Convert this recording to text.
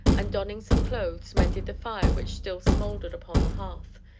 and, donning some clothes, mended the fire which still smouldered upon the hearth,